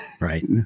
right